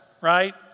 right